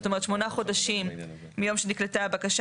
זאת אומרת 8 חודשים מיום שנקלטה הבקשה